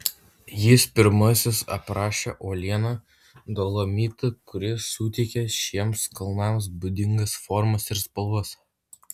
jis pirmasis aprašė uolieną dolomitą kuris suteikia šiems kalnams būdingas formas ir spalvas